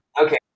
Okay